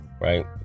right